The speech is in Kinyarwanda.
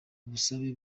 ubusabe